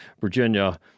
Virginia